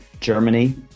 Germany